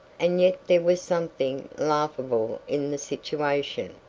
and yet there was something laughable in the situation.